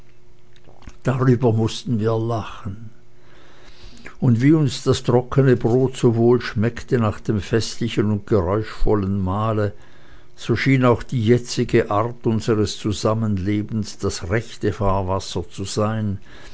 darüber mußten wir lachen und wie uns das trockene brot so wohl schmeckte nach dem festlichen und geräuschvollen mahle so schien auch die jetzige art unseres zusammenlebens das rechte fahrwasser zu sein